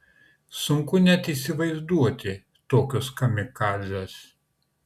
sunku net įsivaizduoti tokius kamikadzes